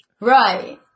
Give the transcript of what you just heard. Right